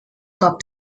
cop